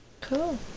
Cool